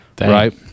Right